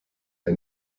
der